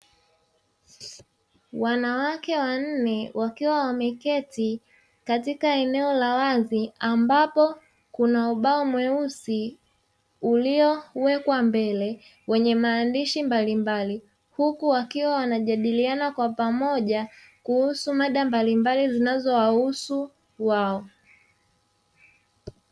Wanawake wanne wakiwa wameketi katika eneo la wazi, ambapo kuna ubao mweusi uliowekwa mbele wenye maandishi mbalimbali, huku wakiwa wanajadiliana kwa pamoja kuhusu mada mbalimbali zinazowahusu wao.